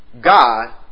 God